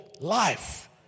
life